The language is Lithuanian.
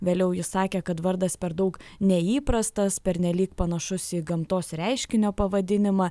vėliau ji sakė kad vardas per daug neįprastas pernelyg panašus į gamtos reiškinio pavadinimą